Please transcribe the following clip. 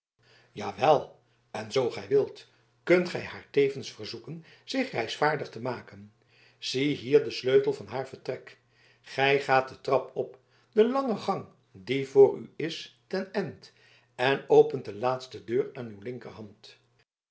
jawel en zoo gij wilt kunt gij haar tevens verzoeken zich reisvaardig te maken ziehier den sleutel van haar vertrek gij gaat de trap op de lange gang die voor u is ten end en opent de laatste deur aan uw linkerhand